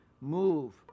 move